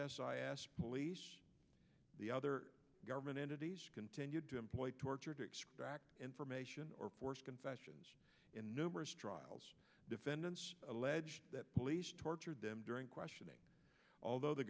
asked police the other government entities continued to employ torture to extract information or forced confessions in numerous trials defendants allege that police tortured them during questioning although the